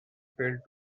failed